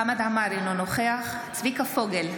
בעד חמד עמאר, אינו נוכח צביקה פוגל,